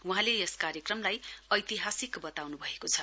वहाँले यस कार्यक्रमलाई ऐतिहासिक बताउनु भएको छ